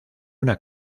una